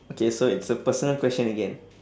okay so it's a personal question again